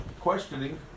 questioning